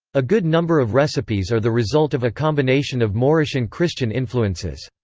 a good number of recipes are the result of a combination of moorish and christian influences.